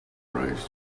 rise